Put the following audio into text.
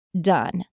done